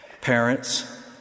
Parents